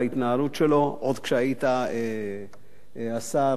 עוד כשהיית השר הממונה,